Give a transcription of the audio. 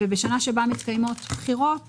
ובשנה שבה מתקיימות בחירות